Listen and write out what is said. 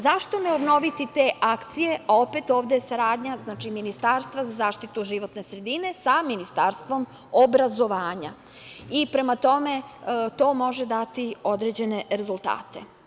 Zašto ne obnoviti te akcije, a opet ovde je saradnja Ministarstva za zaštitu životne sredine sa Ministarstvom obrazovanja i, prema tome, to može dati određene rezultate.